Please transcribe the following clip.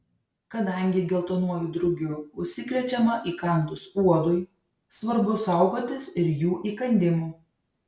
kadangi geltonuoju drugiu užsikrečiama įkandus uodui svarbu saugotis ir jų įkandimų